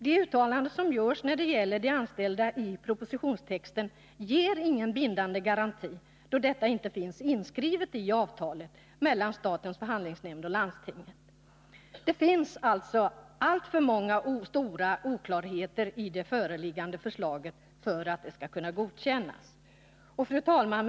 Det uttalande som görs i propositionstexten när det gäller de anställda ger ingen bindande garanti, då detta inte finns inskrivet i avtalet mellan statens förhandlingsnämnd och landstinget. Det finns alltför många och stora oklarheter i det föreliggande förslaget för att det skall kunna godkännas. Fru talman!